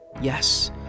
Yes